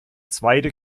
zweite